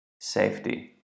safety